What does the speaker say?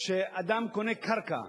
כשאדם קונה קרקע,